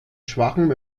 schwachem